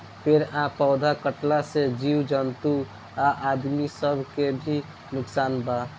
पेड़ आ पौधा कटला से जीव जंतु आ आदमी सब के भी नुकसान बा